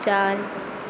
चार